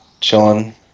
chilling